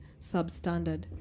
substandard